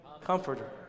comforter